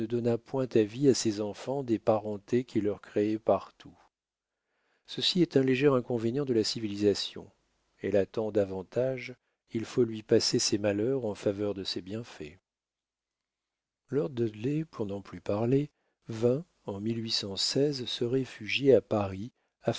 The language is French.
point avis à ses enfants des parentés qu'il leur créait partout ceci est un léger inconvénient de la civilisation elle a tant d'avantages il faut lui passer ses malheurs en faveur de ses bienfaits lord dudley pour n'en plus parler vint en se réfugier à paris